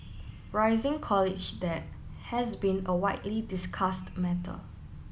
rising college debt has been a widely discussed matter